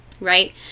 Right